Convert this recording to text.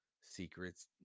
secrets